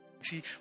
See